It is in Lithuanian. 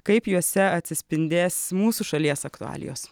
kaip juose atsispindės mūsų šalies aktualijos